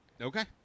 Okay